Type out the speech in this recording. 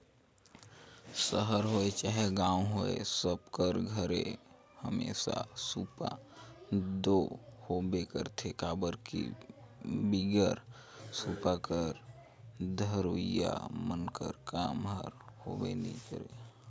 सहर होए चहे गाँव होए सब कर घरे हमेसा सूपा दो होबे करथे काबर कि बिगर सूपा कर रधोइया मन कर काम हर होबे नी करे